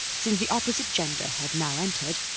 since the opposite gender had now entered,